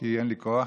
כי אין לי כוח.